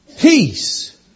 Peace